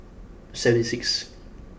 seven sixth